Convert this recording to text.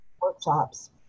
workshops